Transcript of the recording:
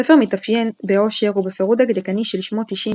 הספר מתאפיין בעושר ובפירוט דקדקני של שמות אישים,